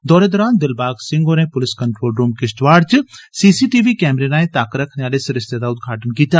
दौरे दौरान दिलबाग सिंह होरें पुलस कंट्रोल रुम किश्तबाड़ च सी सी टी वी कैमरे राएं तक्क रक्खने आले सरिस्ते दा उदघाटन बी कीता